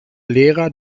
lehrer